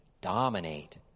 dominate